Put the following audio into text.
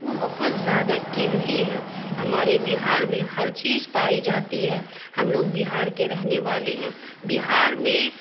وہ بہت زیادہ قیمتی ہے ہمارے بہار میں ہر چیز پائی جاتی ہے ہم لوگ بہار کے رہنے والے ہیں بہار میں